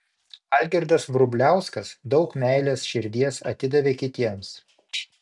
algirdas vrubliauskas daug meilės širdies atidavė kitiems